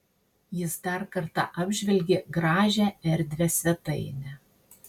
jis dar kartą apžvelgė gražią erdvią svetainę